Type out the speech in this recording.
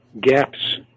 gaps